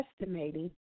estimating